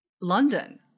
London